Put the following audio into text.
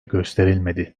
gösterilmedi